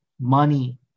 money